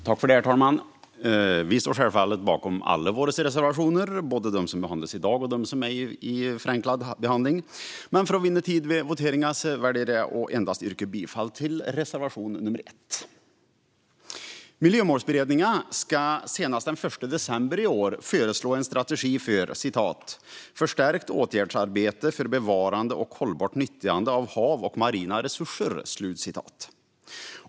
Herr talman! Kristdemokraterna står självfallet bakom alla våra reservationer, både de som behandlas i dag och de som ligger i förenklad behandling. För att vinna tid vid voteringen väljer jag dock att yrka bifall endast till reservation 1. Miljömålsberedningen ska senast den 1 december i år föreslå en strategi för "förstärkt åtgärdsarbete för bevarande och hållbart nyttjande av hav och marina resurser".